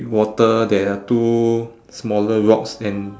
water there are two smaller rocks and